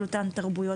על אותן תרבויות,